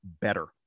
better